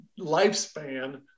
lifespan